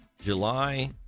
July